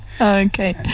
Okay